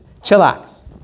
chillax